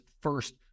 first